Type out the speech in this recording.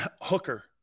Hooker